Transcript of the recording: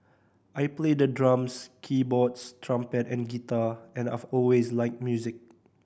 I play the drums keyboards trumpet and guitar and I've always liked music